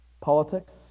politics